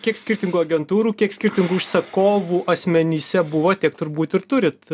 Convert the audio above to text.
kiek skirtingų agentūrų kiek skirtingų užsakovų asmenyse buvo tiek turbūt ir turit